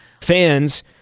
fans